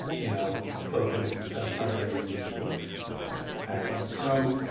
you know, focus and set of priorities and actions? so,